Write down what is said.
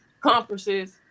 conferences